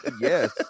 Yes